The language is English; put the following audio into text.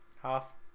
Half